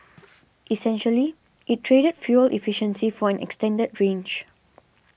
essentially it traded fuel efficiency for an extended range